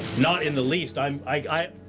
not in the least, i'm, i.